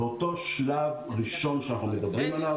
באותו שלב ראשון שאנחנו מדברים עליו,